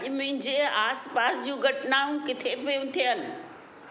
अॼु मुंहिंजे आस पास जूं घटनाऊं किथे पियूं थियनि